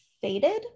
faded